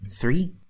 Three